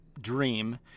dream